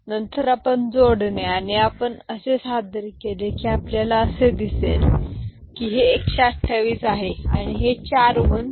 नंतर आपण जोडणे आणि आपण असे सादर केले की आपल्याला असे दिसेल की हे 128 आहे आणि हे चार 1s 15 म्हणजे 143